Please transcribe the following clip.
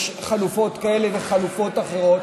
יש חלופות כאלה וחלופות אחרות,